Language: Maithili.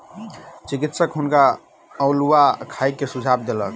चिकित्सक हुनका अउलुआ खाय के सुझाव देलक